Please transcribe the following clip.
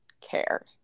care